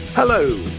Hello